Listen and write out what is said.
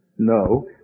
No